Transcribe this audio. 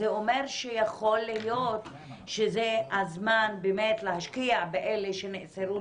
זה אומר שיכול להיות שזה הזמן באמת להשקיע באלה שנאסרו